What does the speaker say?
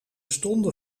stonden